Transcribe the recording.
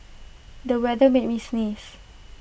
the weather made me sneeze